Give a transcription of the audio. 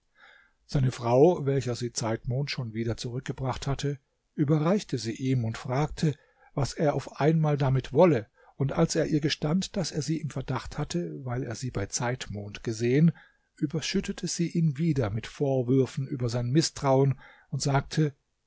seine frau welcher sie zeitmond schon wieder zurückgebracht hatte überreichte sie ihm und fragte was er auf einmal damit wolle und als er ihr gestand daß er sie im verdacht hatte weil er sie bei zeitmond gesehen überschüttete sie ihn wieder mit vorwürfen über sein mißtrauen und sagte